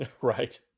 Right